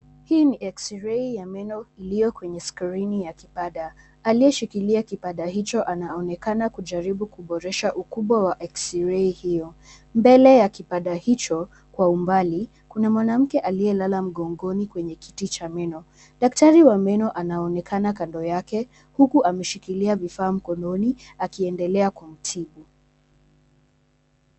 Hii ni eksirei ya meno iliyo kwenye skrini ya kipada. Aliyeshikilia kipada hicho anaonekana kujaribu kuboresha ukubwa wa eksirei hio. Mbele ya kibanda hicho, kwa umbali, kuna mwanamke aliyelala mgongoni kwenye kiti cha meno. Daktari wa meno anaonekana kando yake huku ameshikilia vifaa mkononi akiendelea kumtibu.